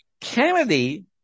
Kennedy